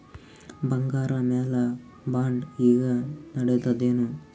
ಬಂಗಾರ ಮ್ಯಾಲ ಬಾಂಡ್ ಈಗ ನಡದದೇನು?